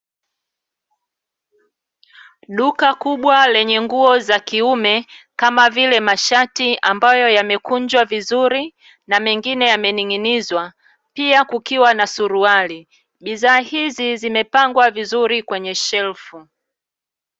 Duka kubwa lenye nguo za kiume kama vile mashati ambayo yamekunjwa vizuri na mengine yamening'inizwa, pia kukiwa na suruali. Bidhaa hizi zimepangwa vizuri kwenye shelfu.